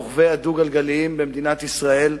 רוכבי הדו-גלגלי במדינת ישראל,